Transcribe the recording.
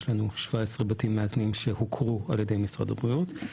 יש לנו 17 בתים מאזנים שהוכרו על ידי משרד הבריאות.